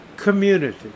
community